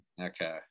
Okay